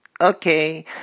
Okay